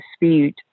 dispute